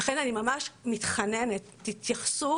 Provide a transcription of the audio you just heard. לכן אני ממש מתחננת, תתייחסו